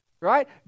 right